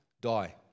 die